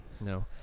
No